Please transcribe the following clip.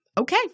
Okay